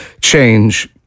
change